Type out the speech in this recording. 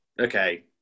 okay